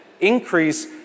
increase